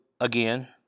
again